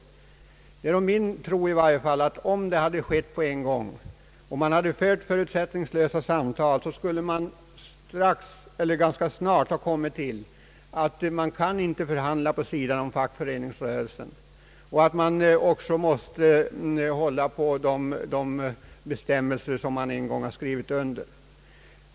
Det är min tro att om så hade skett med en gång och man verkligen hade fört förutsättningslösa samtal, då skulle man ganska snart ha kommit fram till att man inte kan förhandla vid sidan av fackföreningsrörelsen. Det skulle också ha stått klart att man måste hålla på de bestämmelser som man en gång skrivit under.